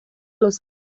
los